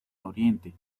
oriente